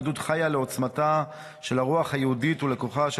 עדות חיה לעוצמתה של הרוח היהודית ולכוחה של